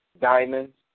diamonds